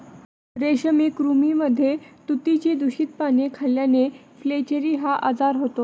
रेशमी कृमींमध्ये तुतीची दूषित पाने खाल्ल्याने फ्लेचेरी हा आजार होतो